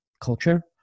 culture